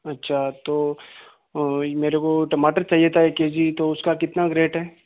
अच्छा तो मेरे को टमाटर चाहिए था एक के जी तो उसका कितना ग्रेट है